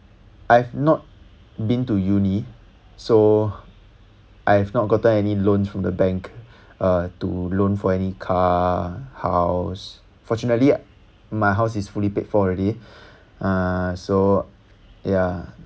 I've not been to uni so I've not gotten any loans from the bank uh to loan for any car house fortunately my house is fully paid already uh so ya